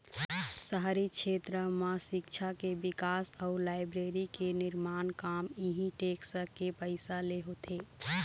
शहरी छेत्र म सिक्छा के बिकास अउ लाइब्रेरी के निरमान काम इहीं टेक्स के पइसा ले होथे